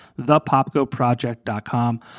thepopgoproject.com